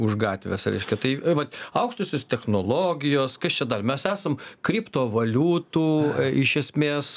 už gatvės reiškia tai vat aukštosios technologijos kas čia dar mes esam kriptovaliutų iš esmės